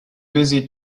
busy